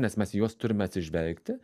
nes mes į juos turime atsižvelgti